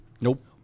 Nope